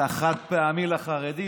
את החד-פעמי לחרדים,